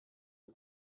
and